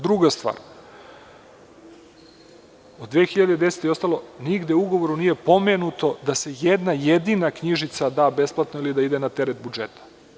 Druga stvar, od 2010. i ostalo, nigde u ugovoru nije pomenuto da se jedna jedina knjižica da besplatno ili da ide na teret budžeta.